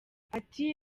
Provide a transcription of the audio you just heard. ati